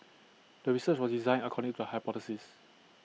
the research was designed according to the hypothesis